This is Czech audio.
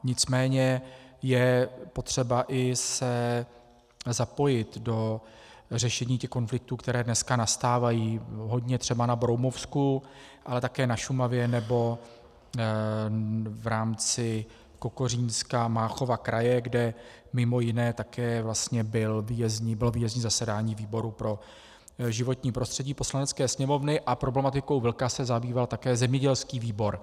Nicméně je potřeba i se zapojit do řešení těch konfliktů, které dnes nastávají hodně třeba na Broumovsku, ale také na Šumavě nebo v rámci Kokořínska, Máchova kraje, kde mimo jiné také vlastně bylo výjezdní zasedání výboru pro životní prostředí Poslanecké sněmovny a problematikou vlka se zabýval také zemědělský výbor.